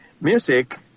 music